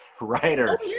writer